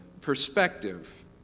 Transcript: perspective